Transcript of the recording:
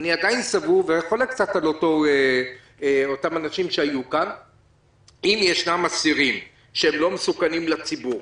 סבור שאם ישנם אסירים שהם לא מסוכנים לציבור,